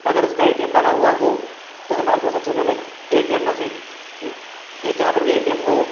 अगर उसका A T M बना हुआ हो तो हमारे को सबसे पहले ए टी एम मशीन या जहाँ पर भी ए टी एम हो